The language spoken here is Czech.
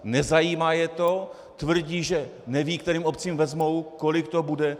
Nezajímá je to, tvrdí, že nevědí, kterým obcím vezmou, kolik to bude.